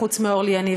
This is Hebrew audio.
חוץ מאורלי יניב,